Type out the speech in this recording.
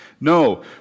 No